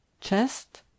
Chest